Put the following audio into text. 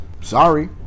sorry